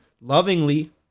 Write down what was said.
lovingly